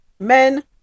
men